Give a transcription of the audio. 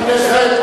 שיתבייש לו.